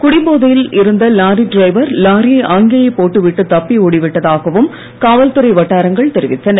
குடிபோதையில் இருந்த lorry driver லாரியை அங்கேயே போட்டுவிட்டு தப்பி ஓடிவிட்டதாகவும் காவல்துறை வட்டாரங்கள் தெரிவித்தன